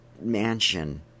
mansion